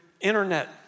internet